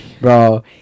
bro